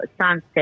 sunset